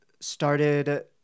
started